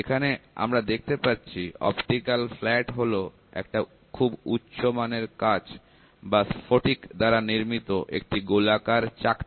এখানে আমরা দেখতে পাচ্ছি অপটিক্যাল ফ্ল্যাট হল একটা খুব উচ্চ মানের কাচ বা স্ফটিক দ্বারা নির্মিত একটা গোলাকার চাকতি